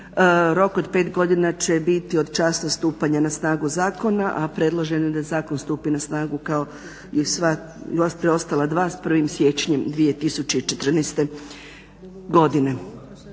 rok od 5 godina će biti od časa stupanja na snagu zakona. A predloženo je da zakon stupi na snagu kao i preostala dva s 1. siječnjem 2014. godine.